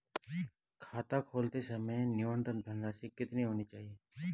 खाता खोलते समय न्यूनतम धनराशि कितनी होनी चाहिए?